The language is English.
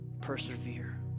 persevere